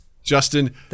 Justin